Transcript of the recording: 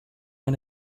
and